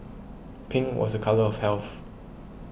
pink was a colour of health